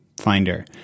Finder